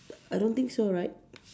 I don't think so right